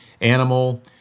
animal